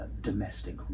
domestic